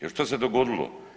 Jer što se dogodilo?